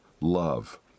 love